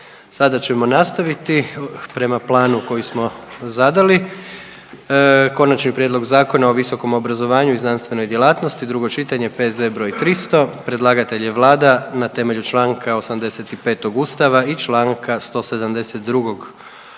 Sada ćemo nastaviti prema planu koji smo zadali. -Konačni prijedlog Zakona o visokom obrazovanju i znanstvenoj djelatnosti, drugo čitanje, P.Z. br. 300. Predlagatelj je vlada na temelju čl. 85. ustava i čl. 172. u